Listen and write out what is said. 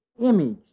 Image